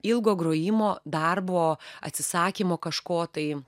ilgo grojimo darbo atsisakymo kažko tai